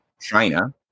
China